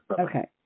Okay